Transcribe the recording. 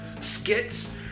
skits